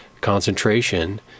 concentration